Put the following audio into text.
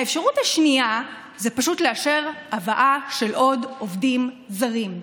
האפשרות השנייה היא פשוט לאשר הבאה של עוד עובדים זרים.